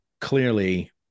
clearly